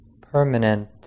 permanent